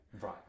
right